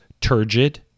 turgid